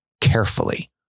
carefully